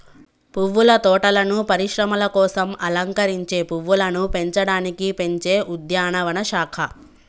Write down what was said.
పువ్వుల తోటలను పరిశ్రమల కోసం అలంకరించే పువ్వులను పెంచడానికి పెంచే ఉద్యానవన శాఖ